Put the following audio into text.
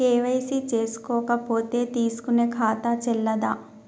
KYC చేసుకోకపోతే తీసుకునే ఖాతా చెల్లదా?